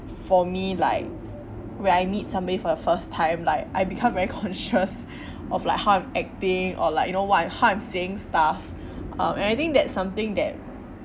for me like when I meet somebody for the first time like I become very conscious of like how I'm acting or like you know what how I'm saying stuff um and I think that's something that